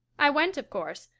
i went, of course,